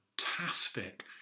fantastic